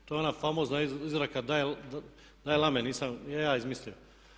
To je ona famozna izreka Dalaj lame, nisam je ja izmislio.